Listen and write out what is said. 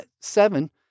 seven